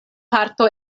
parto